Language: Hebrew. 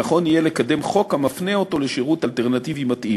נכון יהיה לקדם חוק המפנה אותו לשירות אלטרנטיבי מתאים.